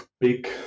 big